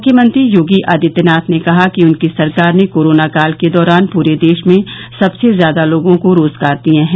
मुख्यमंत्री योगी आदित्यनाथ ने कहा कि उनकी सरकार ने कोरोना काल के दौरान पूरे देश में सबसे ज्यादा लोगों को रोजगार दिए हैं